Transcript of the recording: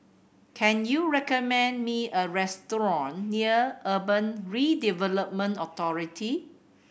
can you recommend me a restaurant near Urban Redevelopment Authority